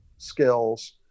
skills